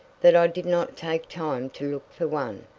that i did not take time to look for one,